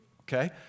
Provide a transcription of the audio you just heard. Okay